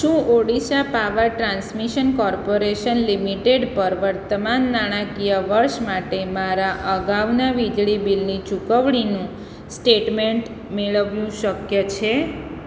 શું Odisha power transmission corporation limited પર વર્તમાન નાણાકીય વર્ષ માટે મારા અગાઉના વીજળી બિલની ચૂકવણીનું સ્ટેટમેન્ટ મેળવવું શક્ય છે